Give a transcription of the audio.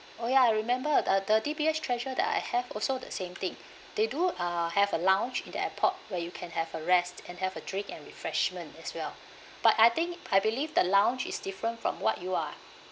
oh ya I remember the the D_B_S treasure that I have also the same thing they do uh have a lounge in the airport where you can have a rest and have a drink and refreshment as well but I think I believe the lounge is different from what you are